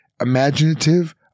Imaginative